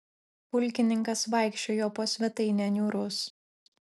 pulkininkas vaikščiojo po svetainę niūrus